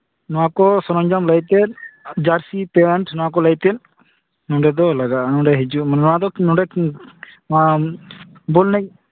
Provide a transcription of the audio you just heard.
ᱱᱚᱣᱟ ᱠᱚ ᱥᱚᱨᱚᱧᱡᱟᱢ ᱞᱟᱹᱭᱛᱮ ᱡᱟᱹᱨᱥᱤ ᱯᱮᱱᱴ ᱱᱚᱣᱟ ᱠᱚ ᱞᱟᱹᱭᱛᱮ ᱱᱚᱸᱰᱮ ᱫᱚ ᱞᱟᱜᱟᱜᱼᱟ ᱱᱚᱰᱮ ᱦᱤᱡᱩᱜ ᱱᱚᱣᱟ ᱫᱚ ᱱᱚᱸᱰᱮ ᱠᱤᱱᱛᱩ ᱟᱢ ᱵᱚᱞ ᱮᱱᱮᱡ